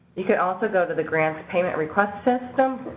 you can also go to the grants payment request system.